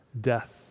death